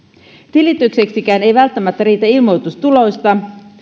tilitykseksikään ei välttämättä riitä ilmoitus tuotosta